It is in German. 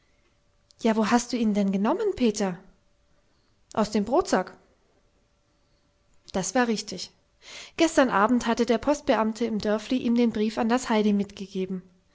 ja wo hast du ihn denn genommen peter aus dem brotsack das war richtig gestern abend hatte der postbeamte im dörfli ihm den brief an das heidi mitgegeben